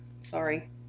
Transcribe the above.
Sorry